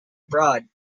abroad